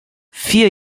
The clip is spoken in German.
vier